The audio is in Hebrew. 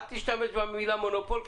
אל תשתמש במילה מונופול,